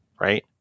right